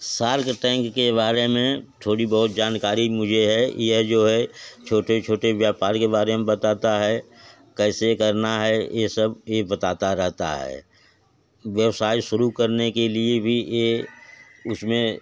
SAARC Tank के बारे में थोड़ी बहुत जानकारी मुझे है यह जो है छोटे छोटे व्यापार के बारे में बताता है कैसे करना है ये सब ये बताता रहता है व्यवसाय शुरू करने के लिए भी ये उसमें